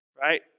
right